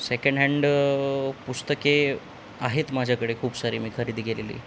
second hand पुस्तके आहेत माझ्याकडे खूप सारी मी खरेदी केलेली